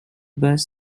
bus